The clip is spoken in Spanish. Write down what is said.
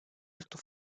estos